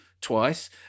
twice